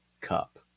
cup